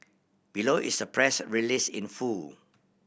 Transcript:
below is the press release in full